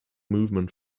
movement